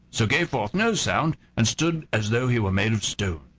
so gave forth no sound, and stood as though he were made of stone.